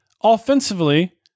offensively